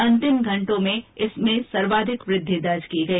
अंतिम घंटों में इसमें सर्वाधिक वृद्वि दर्ज की गई